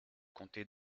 comté